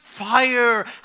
Fire